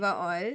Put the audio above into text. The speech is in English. oh